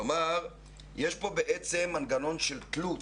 כלומר יש פה בעצם מנגנון של תלות,